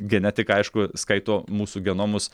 genetiką aišku skaito mūsų genomus